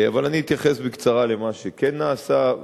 אבל אני אתייחס בקצרה למה שכן נעשה,